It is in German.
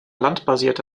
landbasierte